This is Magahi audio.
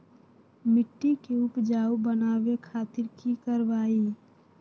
मिट्टी के उपजाऊ बनावे खातिर की करवाई?